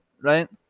right